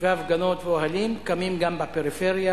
וההפגנות והאוהלים קמים גם בפריפריה,